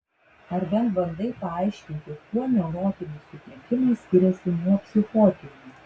ar bent bandai paaiškinti kuo neurotiniai sutrikimai skiriasi nuo psichotinių